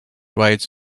rides